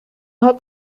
hat